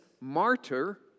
martyr